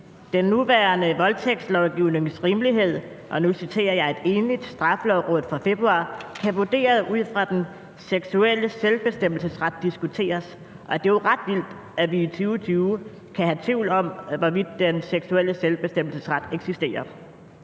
Den nuværende voldtægtslovgivnings rimelighed – og nu citerer jeg et enigt Straffelovråd fra februar – »kan vurderet ud fra den seksuelle selvbestemmelsesret diskuteres«. Det er jo ret vildt, at vi i 2020 kan have tvivl om, hvorvidt den seksuelle bestemmelsesret eksisterer.